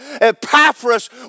Epaphras